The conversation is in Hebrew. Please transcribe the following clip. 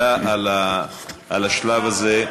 בדיוק, תודה על השלב הזה.